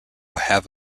have